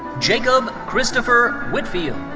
jacob christopher whitfield.